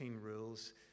rules